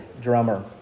drummer